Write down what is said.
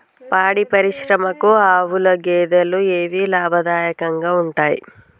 పాడి పరిశ్రమకు ఆవుల, గేదెల ఏవి లాభదాయకంగా ఉంటయ్?